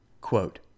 Quote